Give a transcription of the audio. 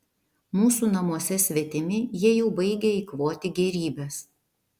mūsų namuose svetimi jie jau baigia eikvoti gėrybes